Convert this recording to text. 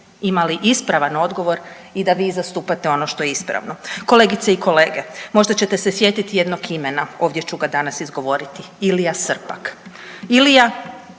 imali ispravan odgovor i da vi zastupate ono što je ispravno. Kolegice i kolege možda ćete se sjetiti jednog imena ovdje ću ga danas izgovoriti Ilija Srpak,